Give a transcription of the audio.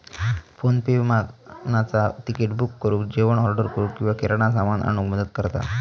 PhonePe विमानाचा ticket book करुक, जेवण ऑर्डर करूक किंवा किराणा सामान आणूक मदत करता